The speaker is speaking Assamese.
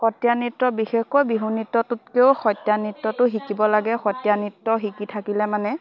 সতীয়া নৃত্য বিশেষকৈ বিহু নৃত্যটোতকেও সতীয়া নৃত্যটো শিকিব লাগে সতীয়া নৃত্য শিকি থাকিলে মানে